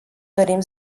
dorim